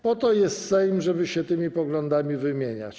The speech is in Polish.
Po to jest Sejm, żeby się tymi poglądami wymieniać.